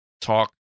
talk